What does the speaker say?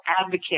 advocate